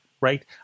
right